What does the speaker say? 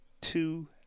two